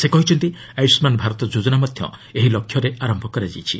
ସେ କହିଛନ୍ତି ଆୟୁଷ୍କାନ୍ ଭାରତ ଯୋଜନା ମଧ୍ୟ ଏହି ଲକ୍ଷ୍ୟରେ ଆରମ୍ଭ କରାଯାଇଛି